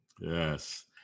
Yes